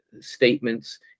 statements